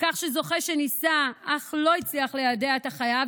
כך שזוכה שניסה אך לא הצליח ליידע את החייב,